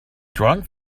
drawing